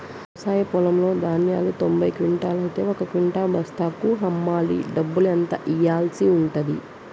నా వ్యవసాయ పొలంలో ధాన్యాలు తొంభై క్వింటాలు అయితే ఒక క్వింటా బస్తాకు హమాలీ డబ్బులు ఎంత ఇయ్యాల్సి ఉంటది?